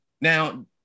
Now